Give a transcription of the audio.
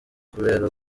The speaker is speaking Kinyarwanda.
kubera